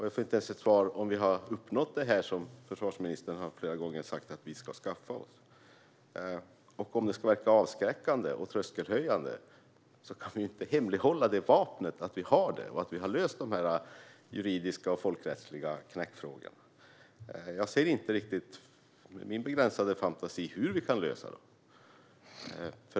Jag får inte ens ett svar på om det försvarsministern säger ska införskaffas har uppnåtts. Ska de verka avskräckande och tröskelhöjande? Då går det inte att hemlighålla vapnen och att de juridiska och folkrättsliga knäckfrågorna har lösts. Jag kan inte i min begränsade fantasi se hur vi kan lösa dem.